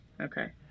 Okay